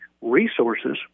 resources